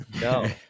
No